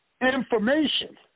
information